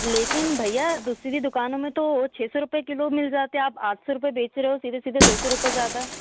लेकिन भैया दूसरी दुकानों में तो छः सौ रुपये किलो मिल जाते हैं आप आठ सौ रुपये बेच रहे हो सीधे सीधे दो सौ रुपये ज़्यादा